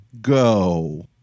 go